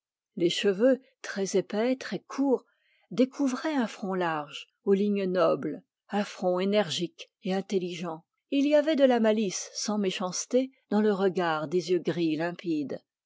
les cheveux très épais découvraient un front large aux lignes nobles un front énergique et intelligent et il y avait de la malice sans méchanceté dans le regard des yeux gris limpides